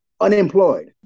unemployed